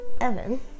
Evan